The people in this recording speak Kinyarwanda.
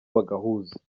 bagahuza